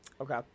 Okay